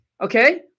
Okay